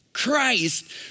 Christ